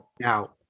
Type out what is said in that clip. Now